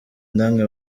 namwe